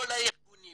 כל הארגונים